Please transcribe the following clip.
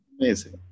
Amazing